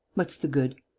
what's the good?